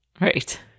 Right